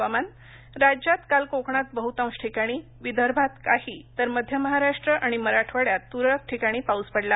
हुवामान राज्यात काल कोकणात बहुतांश ठिकाणी विदर्भात काही तर मध्य महाराष्ट्र आणि मराठवाड्यात तुरळक ठिकाणी पाऊस पडला